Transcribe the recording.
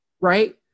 Right